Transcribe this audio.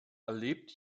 erlebt